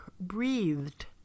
breathed